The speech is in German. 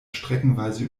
streckenweise